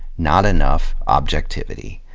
not enough objectivity.